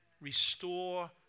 restore